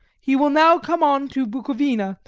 he will now come on to bukovina,